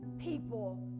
people